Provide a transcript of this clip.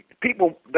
people